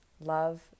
Love